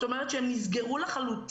זאת אומרת שהם נסגרו לחלוטין.